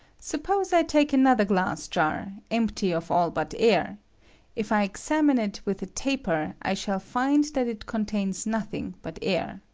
suppose i take another glass jar, empty of all but air if i examine it with a taper i shall find that it contains nothing but air.